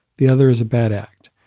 the other is a bad act.